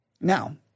Now